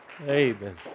Amen